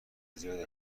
زیادی